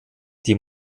die